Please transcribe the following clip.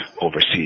overseas